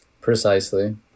Precisely